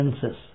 senses